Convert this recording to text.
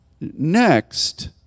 next